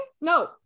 No